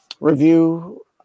review